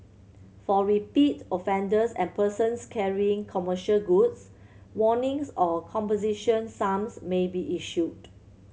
for repeat offenders and persons carrying commercial goods warnings or composition sums may be issued